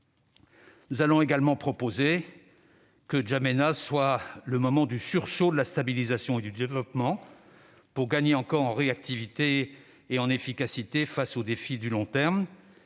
Nous allons également proposer que N'Djamena soit le moment du sursaut de la stabilisation et du développement, pour gagner encore en réactivité et en efficacité face aux défis du long terme.